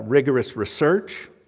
rigorous research,